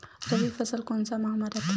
रबी फसल कोन सा माह म रथे?